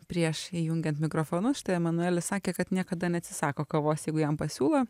prieš įjungiant mikrofonus štai emanuelis sakė kad niekada neatsisako kavos jeigu jam pasiūlo